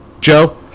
Joe